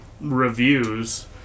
reviews